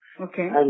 Okay